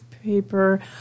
paper